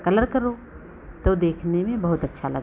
colour करो तो देखने में बहुत अच्छा लगे